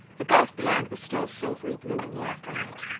the gulf beyond was still silvery blue in the afterlight.